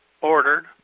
ordered